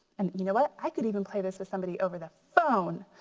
and you know what, i could even play this with somebody over the phone.